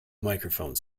microphone